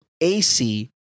AC